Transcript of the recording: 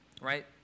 Right